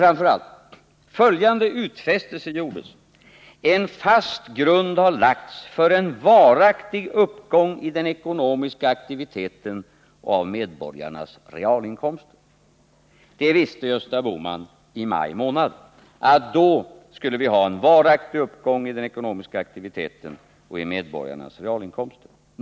Framför allt gjordes dock följande utfästelse: ”En fast grund har lagts för en varaktig uppgång i den ekonomiska aktiviteten och av medborgarnas realinkomster.” Gösta Bohman visste i juni månad att vi skulle ha en varaktig uppgång i den ekonomiska aktiviteten och i medborgarnas realinkomster.